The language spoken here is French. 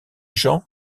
jean